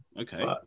Okay